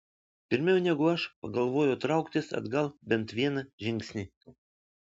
pirmiau negu aš pagalvojau trauktis atgal bent vieną žingsnį